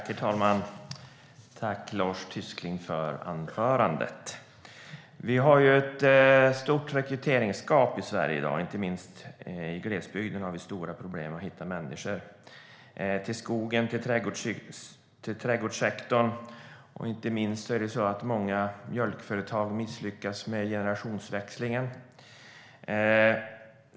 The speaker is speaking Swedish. Herr talman! Tack, Lars Tysklind, för anförandet! Vi har ett stort rekryteringsgap i Sverige i dag. Inte minst i glesbygden har vi stora problem att hitta människor till skogen och till trädgårdssektorn. Många mjölkföretag misslyckas också med generationsväxlingen.